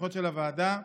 סמכויות הוועדה: